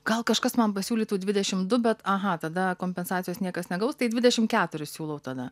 gal kažkas man pasiūlytų dvidešim du bet aha tada kompensacijos niekas negaus tai dvidešim keturis siūlau tada